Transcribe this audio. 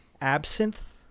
absinthe